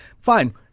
fine